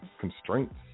constraints